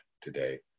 today